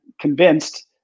convinced